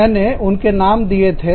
मैंने उनके नाम दिए थे